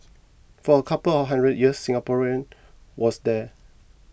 for a couple of hundred years Singaporean was there